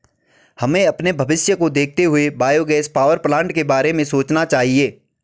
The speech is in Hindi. हमें अपने भविष्य को देखते हुए बायोगैस पावरप्लांट के बारे में सोचना चाहिए